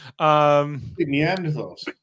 Neanderthals